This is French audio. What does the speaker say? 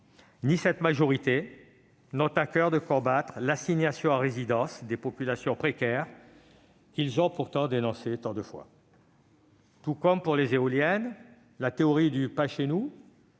ni cette majorité n'avaient à coeur de combattre l'assignation à résidence des populations précaires qu'ils dénoncent pourtant tant de fois. Tout comme pour les éoliennes, la théorie du « Pas chez moi »